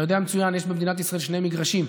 אתה יודע מצוין שיש במדינת ישראל שני מגרשים,